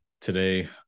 today